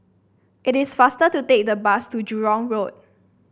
it is faster to take the bus to Jurong Road